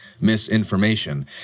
misinformation